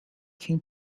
came